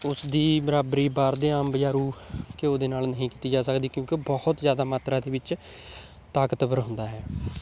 ਉਸ ਦੀ ਬਰਾਬਰੀ ਬਾਹਰ ਦੇ ਆਮ ਬਜ਼ਾਰੂ ਘਿਓ ਦੇ ਨਾਲ ਨਹੀਂ ਕੀਤੀ ਜਾ ਸਕਦੀ ਕਿਉਂਕਿ ਉਹ ਬਹੁਤ ਜ਼ਿਆਦਾ ਮਾਤਰਾ ਦੇ ਵਿੱਚ ਤਾਕਤਵਰ ਹੁੰਦਾ ਹੈ